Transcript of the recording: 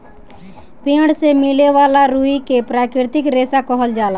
पेड़ से मिले वाला रुई के प्राकृतिक रेशा कहल जाला